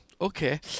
okay